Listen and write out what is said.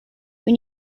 when